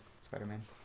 spider-man